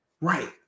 right